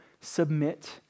submit